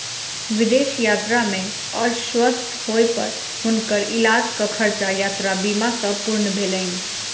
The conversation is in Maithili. विदेश यात्रा में अस्वस्थ होय पर हुनकर इलाजक खर्चा यात्रा बीमा सॅ पूर्ण भेलैन